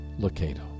Locato